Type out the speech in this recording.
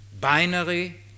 binary